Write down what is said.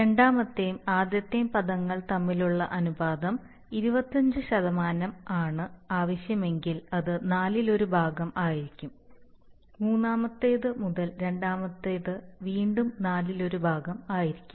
രണ്ടാമത്തെയും ആദ്യത്തെയും പദങ്ങൾ തമ്മിലുള്ള അനുപാതം 25 ആണ് ആവശ്യമെങ്കിൽ അത് നാലിലൊരുഭാഗം14 ആയിരിക്കും മൂന്നാമത്തേത് മുതൽ രണ്ടാമത്തേത് വീണ്ടും നാലിലൊരുഭാഗം14 ആയിരിക്കും